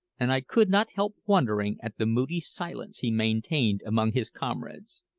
and i could not help wondering at the moody silence he maintained among his comrades.